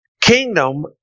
kingdom